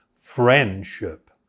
friendship